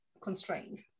constrained